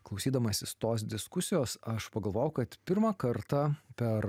klausydamasis tos diskusijos aš pagalvojau kad pirmą kartą per